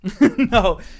No